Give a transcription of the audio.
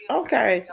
okay